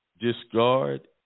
discard